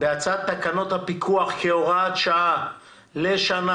בהצעת תקנות הפיקוח כהוראת שעה לשנה,